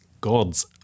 God's